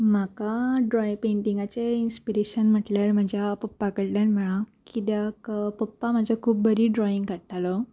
म्हाका ड्रॉय पेंटींगाचे इन्स्पिरेशन म्हटल्यार म्हज्या पप्पा कडल्यान मेळ्ळा कित्याक पप्पा म्हज्या खूब बरी ड्रॉइंग काडटालो